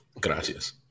Gracias